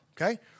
okay